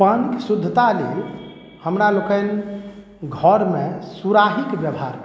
पानिके शुद्धता लेल हमरा लोकनि घरमे सुराहीके व्यवहार करैत छी